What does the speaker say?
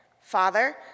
Father